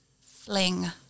fling